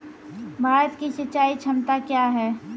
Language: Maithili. भारत की सिंचाई क्षमता क्या हैं?